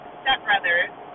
stepbrother's